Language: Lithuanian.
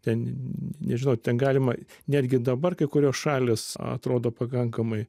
ten nežinau ten galima netgi dabar kai kurios šalys atrodo pakankamai